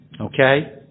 Okay